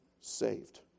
saved